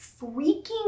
freaking